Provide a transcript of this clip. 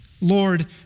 Lord